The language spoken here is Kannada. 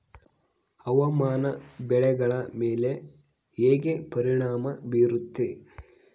ಹವಾಮಾನ ಬೆಳೆಗಳ ಮೇಲೆ ಹೇಗೆ ಪರಿಣಾಮ ಬೇರುತ್ತೆ?